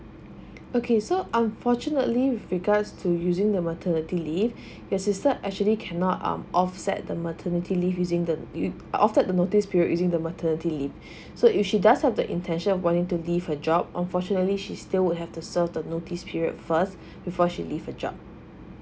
okay so unfortunately with regards to using the maternity leave your sister actually cannot um offset the maternity leave using the use offset the notice period using the maternity leave so if she does have the intention of wanting to leave her job unfortunately she still would have to serve the notice period first before she leave her job